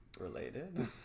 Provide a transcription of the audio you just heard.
related